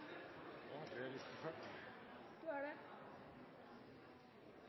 listen. Dette er